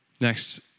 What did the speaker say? next